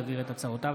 שמספרה פ/97/25,